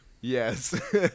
Yes